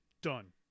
Done